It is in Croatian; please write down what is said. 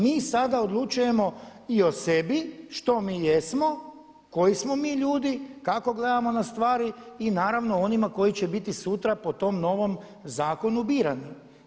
Mi sada odlučujemo i o sebi što mi jesmo, koji smo mi ljudi, kako gledamo na stvari i naravno o onima koji će biti sutra po tom novom zakonu birani.